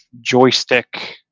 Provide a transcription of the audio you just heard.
joystick